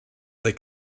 they